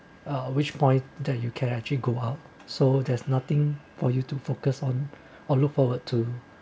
uh which point that you can actually go out so there's nothing for you to focus on or look forward to